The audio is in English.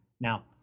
Now